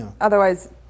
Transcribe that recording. Otherwise